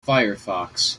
firefox